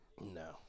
No